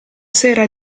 sera